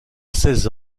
seize